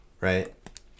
right